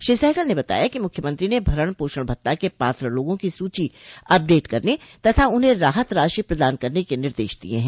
श्री सहगल ने बताया कि मुख्यमंत्री ने भरण पोषण भत्ता के पात्र लोगों की सूची अपडेट करने तथा उन्हें राहत राशि प्रदान करने के निर्देश दिये हैं